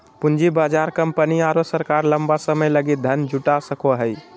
पूँजी बाजार कंपनी आरो सरकार लंबा समय लगी धन जुटा सको हइ